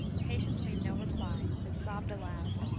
patience made no reply, but sobbed aloud.